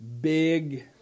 big